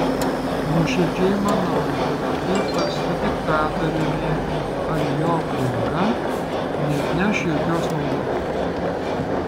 nuoširdžiai manau kad flirtas su diktatoriumi ar jo aplinka neatneš jokios naudos